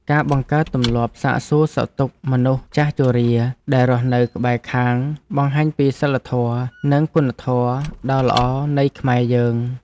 ការបង្កើតទម្លាប់សាកសួរសុខទុក្ខមនុស្សចាស់ជរាដែលរស់នៅក្បែរខាងបង្ហាញពីសីលធម៌និងគុណធម៌ដ៏ល្អនៃខ្មែរយើង។